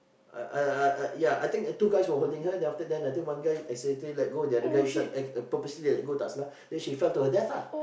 I I I ya I think two guys were holding her then after that I think one guy accidentally let go the other guy purposely let go then the other guy started purposely let go tak salah then she felled to her death lah